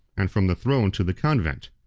and from the throne to the convent.